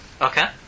Okay